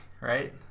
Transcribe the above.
right